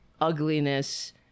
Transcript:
ugliness